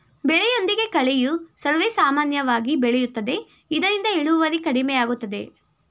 ಬೆಳೆಯೊಂದಿಗೆ ಕಳೆಯು ಸರ್ವೇಸಾಮಾನ್ಯವಾಗಿ ಬೆಳೆಯುತ್ತದೆ ಇದರಿಂದ ಇಳುವರಿ ಕಡಿಮೆಯಾಗುತ್ತದೆ